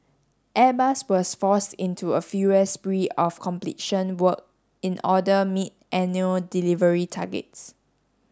Airbus was forced into a furious spree of completion work in order meet annual delivery targets